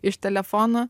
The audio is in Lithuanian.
iš telefono